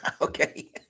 Okay